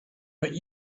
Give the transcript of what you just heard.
but